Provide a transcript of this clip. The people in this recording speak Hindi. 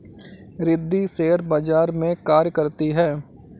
रिद्धी शेयर बाजार में कार्य करती है